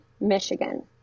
Michigan